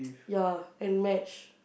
ya and match